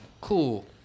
Cool